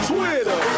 Twitter